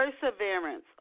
Perseverance